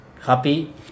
happy